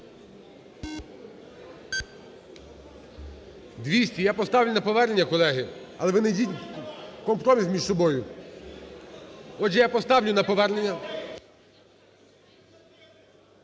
200. Я поставлю на повернення, колеги, але ви знайдіть компроміс між собою. Отже, я поставлю на повернення…